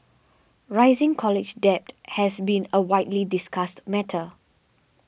rising college debt has been a widely discussed matter